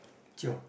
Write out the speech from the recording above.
chiong